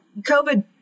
COVID